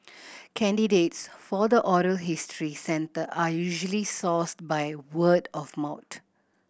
candidates for the oral history centre are usually sourced by word of mouth